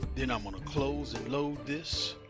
then i'm gonna close and load this.